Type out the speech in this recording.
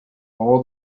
all